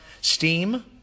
Steam